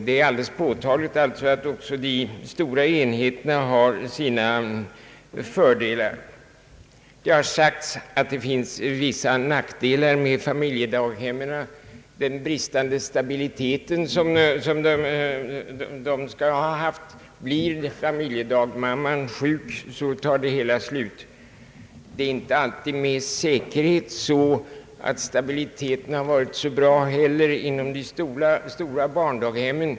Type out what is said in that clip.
Det är alltså påtagligt att de stora enheterna har sina fördelar. Man har sagt att det finns vissa nackdelar med familjedaghemmen t.ex. på grund av bristande stabilitet. Om familjedagmamman blir sjuk fungerar inte det hela. Det är dock inte heller alltid med säkerhet så, att stabiliteten blir god inom de stora barndaghemmen.